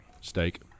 Steak